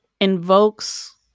invokes